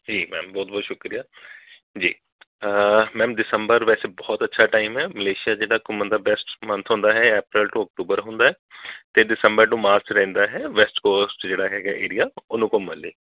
ਠੀਕ ਮੈਮ ਬਹੁਤ ਬਹੁਤ ਸ਼ੁਕਰੀਆ ਜੀ ਮੈਮ ਦਿਸੰਬਰ ਵੈਸੇ ਬਹੁਤ ਅੱਛਾ ਟਾਈਮ ਹੈ ਮਲੇਸ਼ੀਆ ਜਿਹੜਾ ਘੁੰਮਣ ਦਾ ਬੈਸਟ ਮੰਥ ਹੁੰਦਾ ਹੈ ਐਪਰਲ ਟੂ ਅਕਤੁਬਰ ਹੁੰਦਾ ਅਤੇ ਦਿਸੰਬਰ ਟੂ ਮਾਰਚ ਰਹਿੰਦਾ ਹੈ ਬੈਸਟ ਕੋਸਟ ਜਿਹੜਾ ਹੈਗਾ ਹੈ ਏਰੀਆ ਉਹਨੂੰ ਘੁੰਮਣ ਲਈ